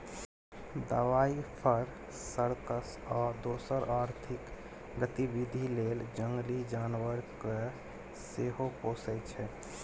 दबाइ, फर, सर्कस आ दोसर आर्थिक गतिबिधि लेल जंगली जानबर केँ सेहो पोसय छै